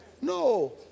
No